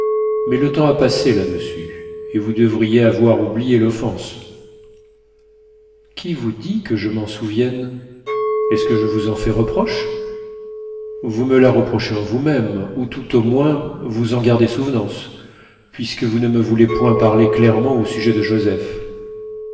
mais le temps a passé là-dessus et vous devriez avoir oublié l'offense qui vous dit que je m'en souvienne est-ce que je vous en fais reproche vous me la reprochez en vous-même ou tout au moins vous en gardez souvenance puisque vous ne me voulez point parler clairement au sujet de joseph